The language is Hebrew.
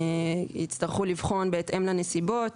יצטרכו לבחון, בהתאם לנסיבות.